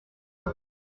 sept